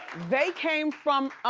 they came from.